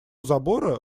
забора